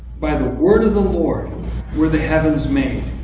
by the word of the lord were the heavens made